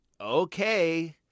okay